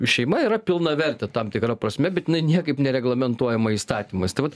šeima yra pilnavertė tam tikra prasme bet jinai niekaip nereglamentuojama įstatymais tai vat